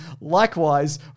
Likewise